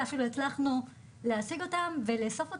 אפילו הצלחנו להשיג אותם ולאסוף אותם,